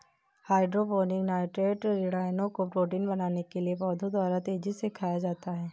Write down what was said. hydroponic nitrate ऋणायनों को protein बनाने के लिए पौधों द्वारा तेजी से खाया जाता है